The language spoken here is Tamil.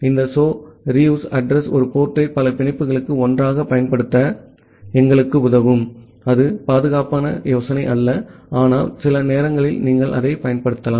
இந்த so reuse addr ஒரே போர்ட் டை பல இணைப்புகளுக்கு ஒன்றாகப் பயன்படுத்த எங்களுக்கு உதவும் அது பாதுகாப்பான யோசனை அல்ல ஆனால் சில நேரங்களில் நீங்கள் அதைப் பயன்படுத்தலாம்